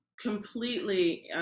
completely